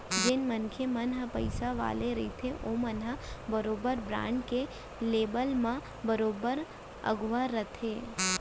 जेन मनसे मन ह पइसा वाले रहिथे ओमन ह बरोबर बांड के लेवब म बरोबर अघुवा रहिथे